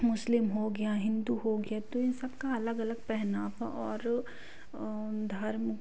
मुस्लिम हो गया हिन्दू हो गया तो इन सबकी अलग अलग पहनावा और धर्म